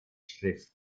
schrift